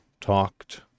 talked